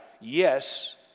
yes